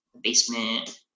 basement